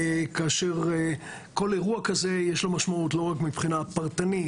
כאשר כל אירוע כזה יש לו משמעות לא רק מבחינה פרטנית,